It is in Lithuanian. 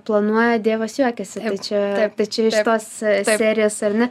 planuoja dievas juokiasi tai čia tai čia iš tos serijos ar ne